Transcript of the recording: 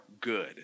good